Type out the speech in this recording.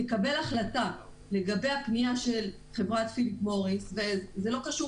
תקבל החלטה לגבי הפנייה של חברת פיליפ מוריס זה לא קשור